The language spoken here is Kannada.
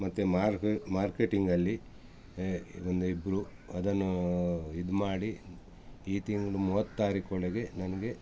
ಮತ್ತು ಮಾರ್ಕೆ ಮಾರ್ಕೆಟಿಂಗಲ್ಲಿ ಒಂದಿಬ್ಬರು ಅದನ್ನು ಇದು ಮಾಡಿ ಈ ತಿಂಗಳು ಮೂವತ್ತು ತಾರೀಖು ಒಳಗೆ ನನಗೆ